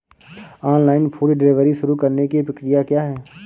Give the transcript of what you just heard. Online food delivery शुरू करने की प्रक्रिया क्या है?